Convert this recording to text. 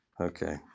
Okay